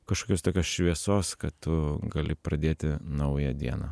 kažkokios tokios šviesos kad tu gali pradėti naują dieną